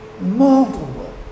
multiple